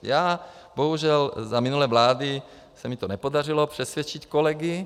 Já bohužel, za minulé vlády se mi to nepodařilo přesvědčit kolegy.